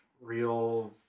real